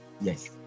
yes